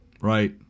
Right